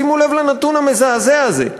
שימו לב לנתון המזעזע הזה,